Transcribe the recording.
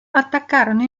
attaccarono